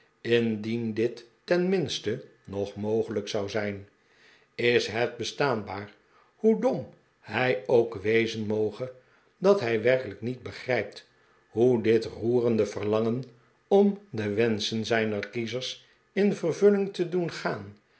indien dit tenminste nog mogelijk zou zijn is het bestaanbaar hoe dom hij ook wezen moge dat hij werkelijk niet begrijpt hoe dit roerende verlangen om de wenschen zijner kiezers in vervulling te doen gaan